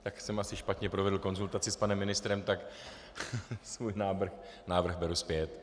Tak jsem asi špatně provedl konzultaci s panem ministrem, tak svůj návrh beru zpět.